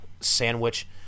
sandwich